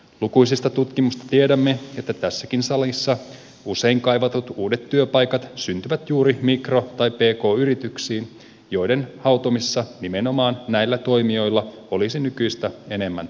lukuisista tutkimuksista tiedämme että tässäkin salissa usein kaivatut uudet työpaikat syntyvät juuri mikro tai pk yrityksiin joiden hautomisessa nimenomaan näillä toimijoilla olisi nykyistä enemmän annettavaa